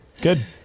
Good